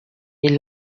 est